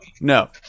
no